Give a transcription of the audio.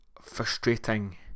frustrating